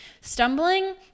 Stumbling